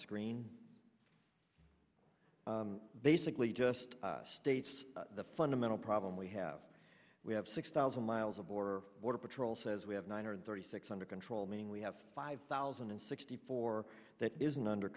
screen basically just states the fundamental problem we have we have six thousand miles of border patrol says we have nine hundred thirty six under control meaning we have five thousand and sixty four that isn't under